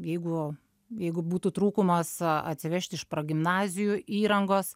jeigu jeigu būtų trūkumas atsivežti iš progimnazijų įrangos